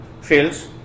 fails